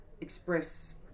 express